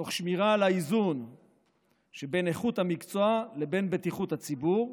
תוך שמירה על האיזון שבין איכות המקצוע לבין בטיחות הציבור,